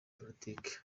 politiki